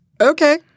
Okay